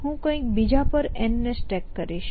હું કંઈક બીજા પર N ને સ્ટેક કરીશ